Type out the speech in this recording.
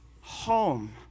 home